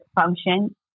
function